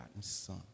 son